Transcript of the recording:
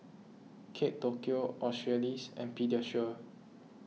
Kate Tokyo Australis and Pediasure